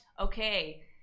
Okay